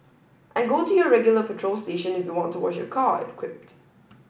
and go to your regular petrol station if you want to wash your car it quipped